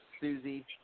Susie